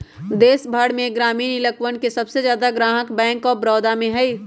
देश भर में ग्रामीण इलकवन के सबसे ज्यादा ग्राहक बैंक आफ बडौदा में हई